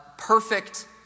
perfect